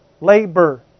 labor